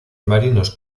marinos